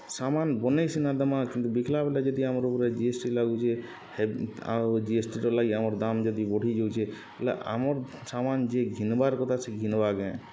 ସାମାନ୍ ବନେଇ ସିନା ଦେମା କିନ୍ତୁ ବିକ୍ଲା ବେଲେ ଯଦି ଆମର୍ ଉପ୍ରେ ଜି ଏସ୍ ଟି ଲାଗୁଚେ ହେ ଆମ ଜିଏସ୍ଟିର ଲାଗି ଆମର୍ ଦାମ୍ ଯଦି ବଢ଼ିଯାଉଚେ ହେଲେ ଆମର୍ ସମାନ ଯେ ଘିନ୍ବାର୍ କଥା ସେ ଘିନ୍ବା କେଁ